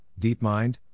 DeepMind